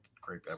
Great